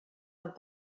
amb